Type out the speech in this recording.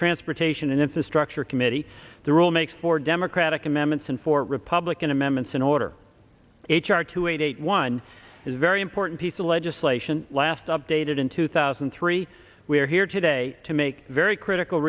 transportation and infrastructure committee the rule makes for democratic amendments and for republican amendments in order h r two eight eight one very important piece of legislation last updated in two thousand and three we are here today to make very critical